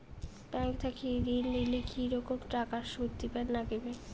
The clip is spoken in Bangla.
ব্যাংক থাকি ঋণ নিলে কি রকম টাকা সুদ দিবার নাগিবে?